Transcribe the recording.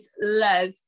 love